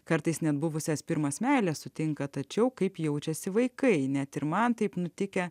kartais net buvusias pirmas meilė sutinka tačiau kaip jaučiasi vaikai net ir man taip nutikę